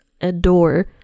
adore